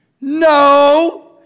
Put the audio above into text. No